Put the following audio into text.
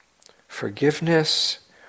forgiveness